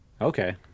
Okay